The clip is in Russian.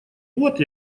вот